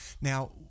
now